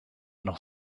noch